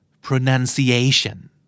Pronunciation